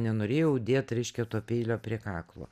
nenorėjau dėt reiškia to peilio prie kaklo